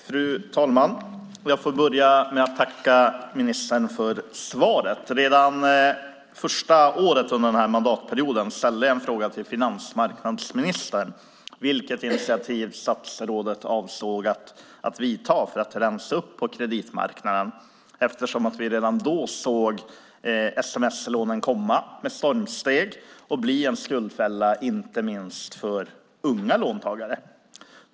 Fru talman! Jag tackar ministern för svaret. Redan första året på den här mandatperioden ställde jag en fråga till finansmarknadsministern om vilket initiativ statsrådet avsåg att ta för att rensa upp på kreditmarknaden. Redan då såg vi sms-lånen komma med stormsteg och bli en skuldfälla inte minst för unga låntagare.